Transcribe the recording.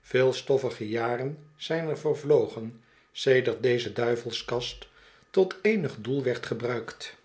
vele stoffige jaren zijn er vervlogen sedert deze daivelskast tot eenig doel werd gebruikt